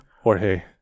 jorge